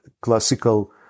classical